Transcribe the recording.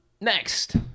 Next